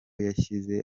yashyize